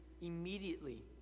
immediately